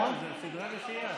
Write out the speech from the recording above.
בסדר, הבנתי.